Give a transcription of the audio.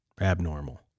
abnormal